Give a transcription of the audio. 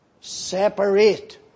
separate